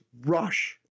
rush